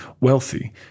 wealthy